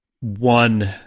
one